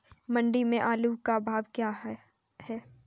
मंडी में आलू का भाव क्या है?